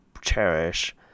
cherish